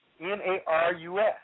N-A-R-U-S